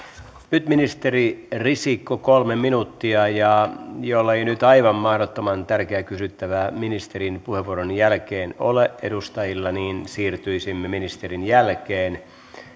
nyt ministeri risikko kolme minuuttia ja jollei nyt aivan mahdottoman tärkeää kysyttävää ministerin puheenvuoron jälkeen ole edustajilla niin siirtyisimme ministerin jälkeen